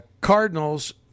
Cardinals –